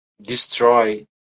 destroy